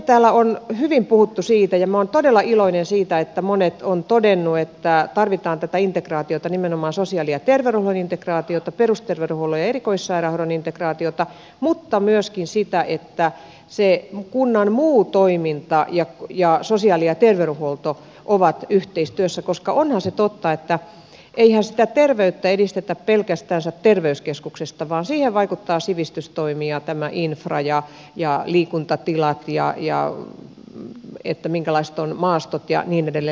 täällä on hyvin puhuttu siitä ja minä olen todella iloinen siitä että monet ovat sen todenneet että tarvitaan tätä integraatiota nimenomaan sosiaali ja terveydenhuollon integraatiota perusterveydenhuollon ja erikoissairaanhoidon integraatiota mutta myöskin sitä että se kunnan muu toiminta ja sosiaali ja terveydenhuolto ovat yhteistyössä koska onhan se totta että eihän sitä terveyttä edistetä pelkästään terveyskeskuksesta vaan siihen vaikuttavat sivistystoimi ja infra ja liikuntatilat ja se minkälaiset ovat maastot ja liikuntamahdollisuudet ja niin edelleen